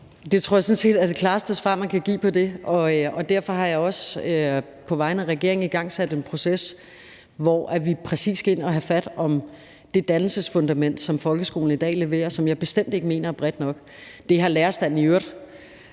det tror jeg sådan set er det klareste svar, man kan give på det spørgsmål. Og derfor har jeg også på vegne af regeringen igangsat en proces, hvor vi præcis skal ind at have fat om det dannelsesfundament, som folkeskolen i dag leverer, og som jeg bestemt ikke mener er bredt nok. Det har lærerstanden i øvrigt